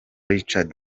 richard